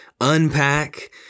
unpack